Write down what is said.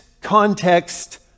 context